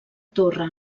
torre